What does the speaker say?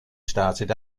started